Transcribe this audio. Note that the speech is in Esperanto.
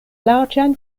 larĝajn